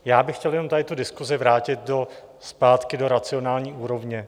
Já bych chtěl jenom tady tu diskusi vrátit zpátky do racionální úrovně.